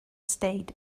stayed